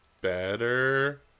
better